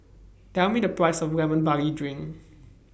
Tell Me The Price of Lemon Barley Drink